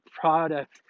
product